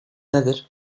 nedir